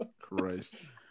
Christ